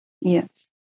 Yes